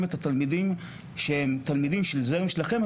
את התלמידים שהם תלמידים של הזרם החמ"ד,